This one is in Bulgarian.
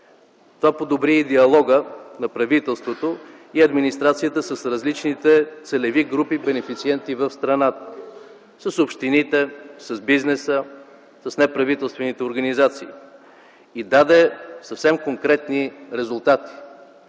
Това подобри и диалога на правителството и администрацията с различните целеви групи, бенефициенти в страната - с общините, с бизнеса, с неправителствените организации, и даде съвсем конкретни резултати.